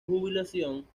jubilación